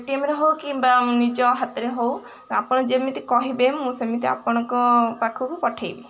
ଏଟିଏମ୍ରେ ହଉ କିମ୍ବା ନିଜ ହାତରେ ହେଉ ଆପଣ ଯେମିତି କହିବେ ମୁଁ ସେମିତି ଆପଣଙ୍କ ପାଖକୁ ପଠେଇବି